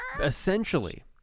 essentially